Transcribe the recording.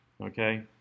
okay